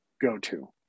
go-to